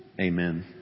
Amen